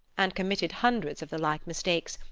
and committed hundreds of the like mistakes,